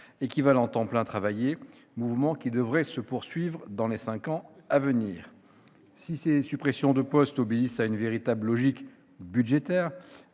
équivalents temps plein travaillé, ou ETPT, mouvement qui devrait se poursuivre dans les cinq ans à venir. Si ces suppressions de postes obéissent à une véritable logique et